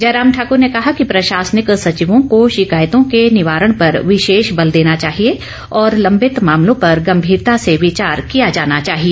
जयराम ठाक़र ने कहा कि प्रशासनिक सचिवों को शिकायतों के निवारण पर विशेष बल देना चाहिए और लंबित मामलों पर गंभीरता से विचार किया जाना चाहिए